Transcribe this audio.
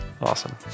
awesome